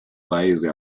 paese